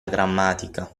grammatica